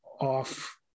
off